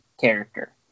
character